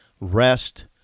rest